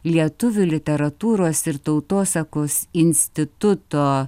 lietuvių literatūros ir tautosakos instituto